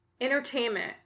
entertainment